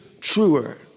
truer